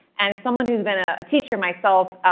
and someone who's been a teacher myself,